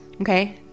okay